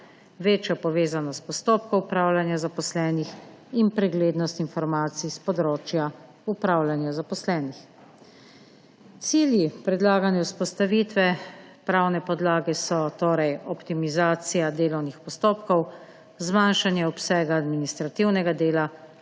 večjo povezanost postopkov upravljanja zaposlenih in preglednost informacij s področja upravljanja zaposlenih. Cilji predlagane vzpostavitve pravne podlage so torej optimizacija delovnih postopkov, zmanjšanje obsega administrativnega dela,